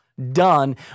done